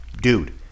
Dude